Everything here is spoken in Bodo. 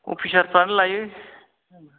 अफिसारफ्रानो लायो